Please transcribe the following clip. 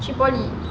she poly